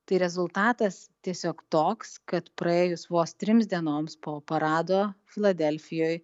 tai rezultatas tiesiog toks kad praėjus vos trims dienoms po parado filadelfijoj